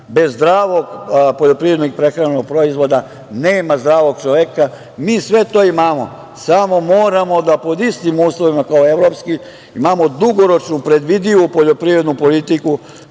bez zdravog poljoprivrednog i prehrambenog proizvoda nema zdravog čoveka. Mi sve to imamo, samo moramo da pod istim uslovima kao i evropskim, imamo dugoročnu predvidivu poljoprivrednu politiku